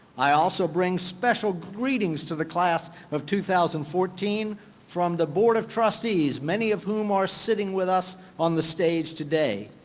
i also bring special greetings to the class of two thousand and fourteen from the board of trustees, many of whom are sitting with us on the stage today.